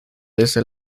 desde